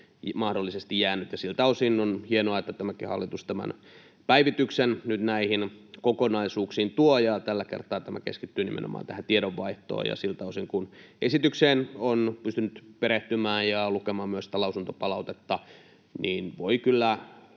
mahdollisesti jäänyt. Siltä osin on hienoa, että tämäkin hallitus tämän päivityksen nyt näihin kokonaisuuksiin tuo, ja tällä kertaa tämä keskittyy nimenomaan tähän tiedonvaihtoon. Ja siltä osin, kun esitykseen on pystynyt perehtymään ja lukemaan myös lausuntopalautetta, voi kyllä